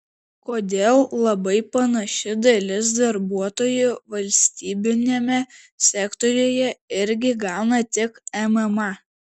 kodėl labai panaši dalis darbuotojų valstybiniame sektoriuje irgi gauna tik mma